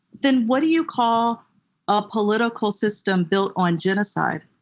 then what do you call a political system built on genocide?